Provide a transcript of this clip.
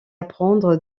apprendre